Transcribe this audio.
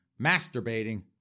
masturbating